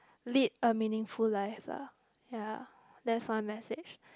lead a meaningful life lah ya that's my message